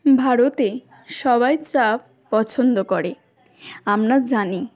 ভারতে সবাই চা পছন্দ করে আমরা জানি